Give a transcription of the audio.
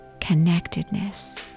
connectedness